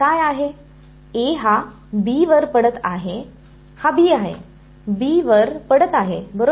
A हा B वर पडत आहे हा B आहे B वर पडत आहे बरोबर